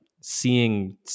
seeing